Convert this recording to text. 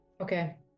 Okay